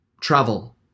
travel